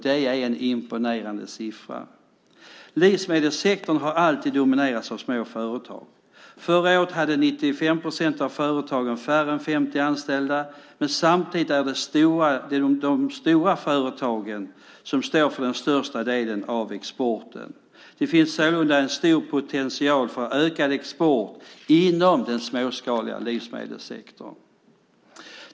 Det är en imponerande siffra. Livsmedelssektorn har alltid dominerats av små företag. Förra året hade 95 procent av företagen färre än 50 anställda. Men samtidigt är det de stora företagen som står för den största delen av exporten. Det finns sålunda en stor potential för ökad export inom den småskaliga livsmedelsverkssektorn.